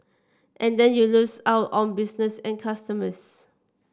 and then you lose out on business and customers